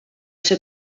ser